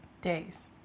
days